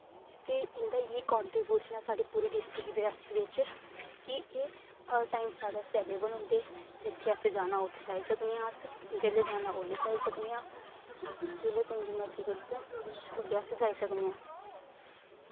ते इंदा इयै कांट्रीब्यूशन ऐ साढ़े पूरी डिस्ट्रिक रियासी बिच कि ए हर टाइम साढ़े आस्तै अवेलेबल होंदे जित्थै असें जाना हो उत्थै जाई सकने अस जेल्लै जाना उल्ले जाई सकने आं जिल्लै तुंदी मर्जी करदी तां उल्लै अस जाई सकने आं